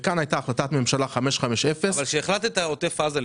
כאן הייתה החלטת ממשלה 550. אבל כשהחלטת על עוטף עזה,